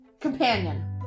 Companion